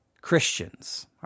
Christians